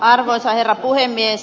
arvoisa herra puhemies